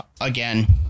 again